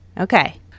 Okay